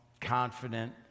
confident